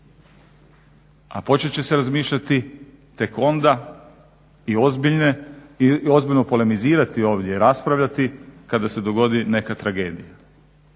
A počet će se razmišljati tek onda i ozbiljno polemizirati ovdje i raspravljati kada se dogodi neka tragedija.